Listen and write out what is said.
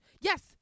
yes